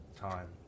Time